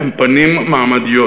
הן פנים מעמדיות.